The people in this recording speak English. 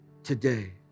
today